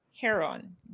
Heron